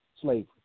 slavery